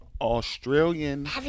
Australian